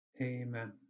Amen